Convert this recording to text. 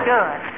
Good